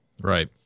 Right